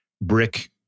brick